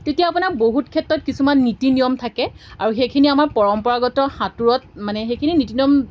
তেতিয়া আপোনাৰ বহুত ক্ষেত্ৰত কিছুমান নীতি নিয়ম থাকে আৰু সেইখিনি আমাৰ পৰম্পৰাগত সাঁতোৰত মানে সেইখিনি নীতি নিয়ম